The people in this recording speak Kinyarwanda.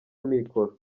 amikoro